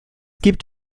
gibt